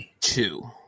Two